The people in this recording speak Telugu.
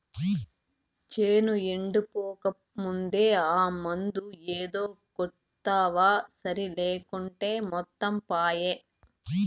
చేను ఎండిపోకముందే ఆ మందు ఏదో కొడ్తివా సరి లేకుంటే మొత్తం పాయే